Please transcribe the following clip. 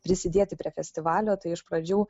prisidėti prie festivalio tai iš pradžių